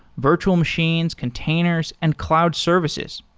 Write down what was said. virtual machines, containers and cloud services.